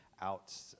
out